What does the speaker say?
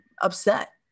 upset